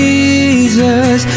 Jesus